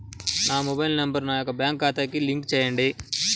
నా mobile number నా యొక్క బ్యాంక్ ఖాతాకి లింక్ చేయండీ?